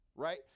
Right